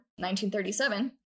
1937